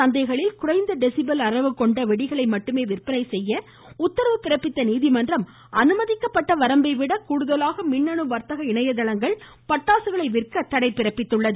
சந்தைகளில் குறைந்த டெசிபல் அளவு கொண்ட வெடிகளை மட்டுமே விற்பனை செய்ய உத்தரவு பிறப்பித்துள்ள நீதிமன்றம் அனுமதிக்கப்பட்ட வரம்பை விட கூடுதலாக மின்னணு வர்த்தக இணையதளங்கள் பட்டாசுகளை விற்க தடை பிறப்பித்துள்ளது